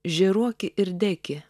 žėruoki ir deki